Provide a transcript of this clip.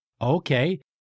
Okay